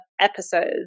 episodes